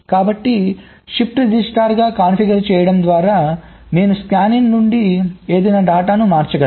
కాబట్టి షిఫ్ట్ రిజిస్టర్గా కాన్ఫిగర్ చేయడం ద్వారా నేను స్కానిన్ నుండి ఏదైనా డేటాను మార్చగలను